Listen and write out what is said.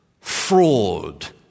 fraud